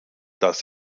das